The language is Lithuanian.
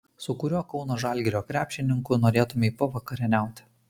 su kuriuo kauno žalgirio krepšininku norėtumei pavakarieniauti